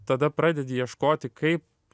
tada pradedi ieškoti kaip